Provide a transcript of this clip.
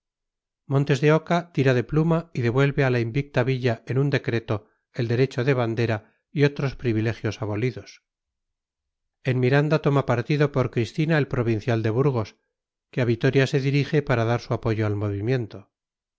montes de oca tira de pluma y devuelve a la invicta villa en un decreto el derecho de bandera y otros privilegios abolidos en miranda toma partido por cristina el provincial de burgos que a vitoria se dirige para dar su apoyo al movimiento